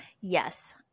yes